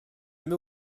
mets